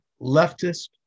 leftist